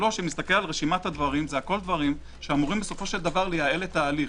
שלוש, זה הכול דברים שאמורים לייעל את ההליך.